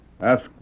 ask